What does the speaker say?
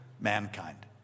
mankind